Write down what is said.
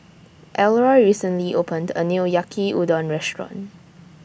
Elroy recently opened A New Yaki Udon Restaurant